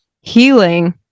healing